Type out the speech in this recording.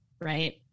right